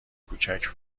کوچک